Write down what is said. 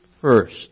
first